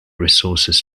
resources